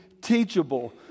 teachable